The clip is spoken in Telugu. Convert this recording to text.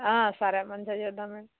సరే మంచిగా చేద్దాము మేడం